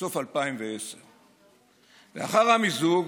בסוף 2010. לאחר המיזוג